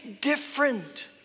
different